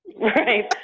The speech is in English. Right